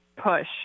push